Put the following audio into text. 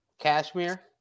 cashmere